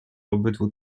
obydwu